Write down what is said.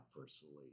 personally